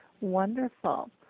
wonderful